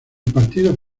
partido